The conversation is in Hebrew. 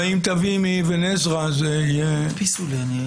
אם תביא מאבן עזרא, זה יתאים.